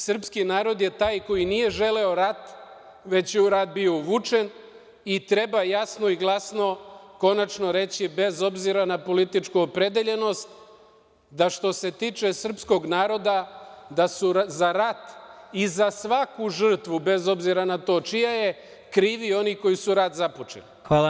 Srpski narod je taj koji nije želeo rat, već je u rat bio uvučen i treba jasno i glasno konačno reći, bez obzira na političku opredeljenost, da što se tiče srpskog naroda da su za rat i za svaku žrtvu, bez obzira na to čija je, krivi oni koji su rat započeli.